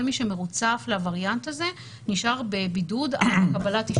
מי שמרוצף לווריאנט הזה נשאר בבידוד עד לקבלת אישור.